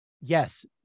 Yes